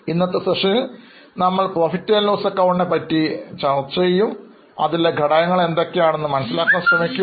ഇന്നത്തെ സെഷനിൽ നമ്മൾ PL ac പറ്റി ചർച്ച ചെയ്യും അതിലെ ഘടകങ്ങൾ എന്തൊക്കെയാണെന്ന് മനസ്സിലാക്കാൻ ശ്രമിക്കും